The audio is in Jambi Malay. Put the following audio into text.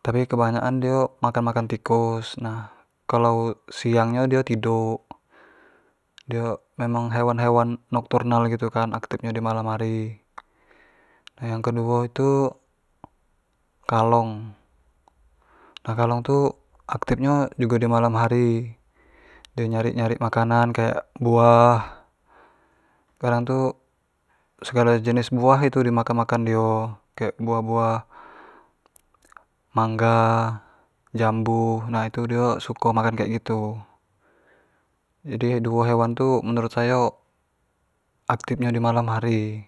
tapi kebanyak an dio makan-makan tikus, nah kalau siang nyo dio tiduk, dio emang hewan-hewan nocturnal gitu kan aktif nyo di malam hari, yang keduo itu kalong, nah kalong tu aktif nyo jugo di malam hari, dio nyari-nyari makanan kayak buah, kadang tu segalo macam jenis buah tu di makan-makan dio, kek buah-buah mangga, jambu, nah dio tu suko makan kek gitu, jadi duo hewan tu menurut sayo aktif nyo tu di malam hari.